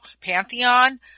Pantheon